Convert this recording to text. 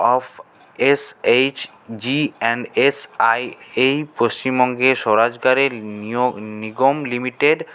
of SHG and SI এই পশ্চিমবঙ্গের স্বরাজগারের নিয়ম নিগম লিমিটেড